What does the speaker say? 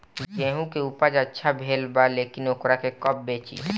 गेहूं के उपज अच्छा भेल बा लेकिन वोकरा के कब बेची?